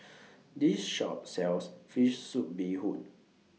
This Shop sells Fish Soup Bee Hoon